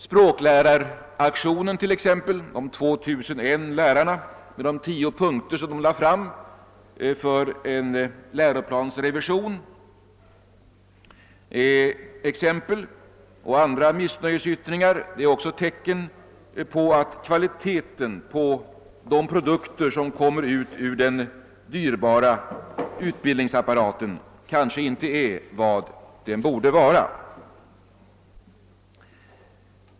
Språkläraraktionen, de 2 001 lärarna med de tio punkter som de lade fram för en läroplans revision, är exempel. Andra missnöjesyttringar är också tecken på att kvaliteten på de produkter som kommer ut ur den dyrbara utbildningsapparaten kanske inte är vad den borde vara.